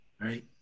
right